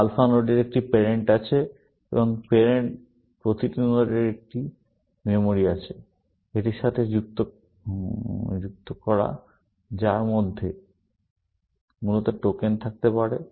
alpha নোডের একটি parent আছে এবং প্রতিটি নোডের একটি মেমরি আছে এটির সাথে যুক্ত যার মধ্যে মূলত টোকেন থাকতে পারে